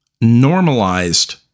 normalized